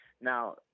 Now